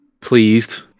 pleased